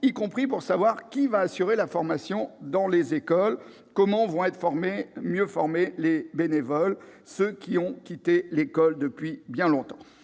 y compris pour savoir qui va assurer la formation dans les écoles, comment mieux former les bénévoles, ceux qui ont quitté l'école depuis longtemps.